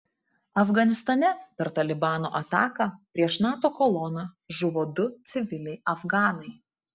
afganistane per talibano ataką prieš nato koloną žuvo du civiliai afganai